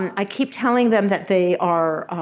i keep telling them that they are,